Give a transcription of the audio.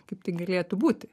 kaip tai galėtų būti